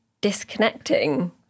disconnecting